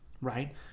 right